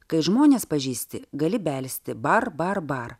kai žmones pažįsti gali belsti bar bar bar